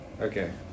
Okay